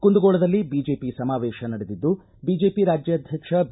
ಕುಂದಗೋಳದಲ್ಲಿ BJP ಸಮಾವೇಶ ನಡೆದಿದ್ದು BJP ರಾಜಾಧ್ವಕ್ಷ ಬಿ